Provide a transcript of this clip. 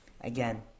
Again